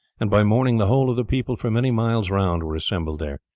and by morning the whole of the people for many miles round were assembled there.